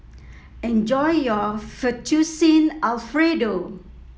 enjoy your Fettuccine Alfredo